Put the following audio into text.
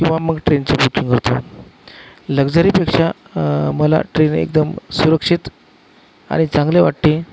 किंवा मग ट्रेनचं बुकिंग करतो लक्झरीपेक्षा मला ट्रेन एकदम सुरक्षित आणि चांगले वाटत आहे